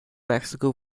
mexico